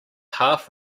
half